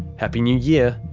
happy new year.